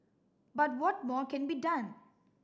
but what more can be done